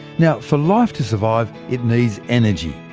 now for life to survive, it needs energy.